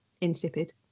insipid